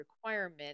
requirement